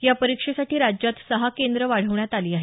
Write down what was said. या परीक्षेसाठी राज्यात सहा केंद्रं वाढवण्यात आली आहेत